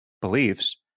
beliefs